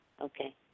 Okay